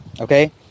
okay